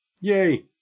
Yay